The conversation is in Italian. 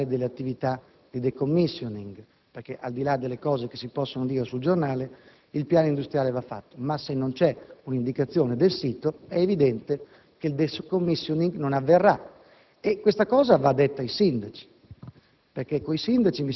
qual è il piano industriale delle attività di *decommissioning* perché, al di là delle cose che si possono dire sul giornale, il piano industriale va fatto, ma, se non c'è l'indicazione del sito, è evidente che il *decommissioning* non avverrà. E questa cosa va detta ai sindaci,